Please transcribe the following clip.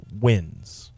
wins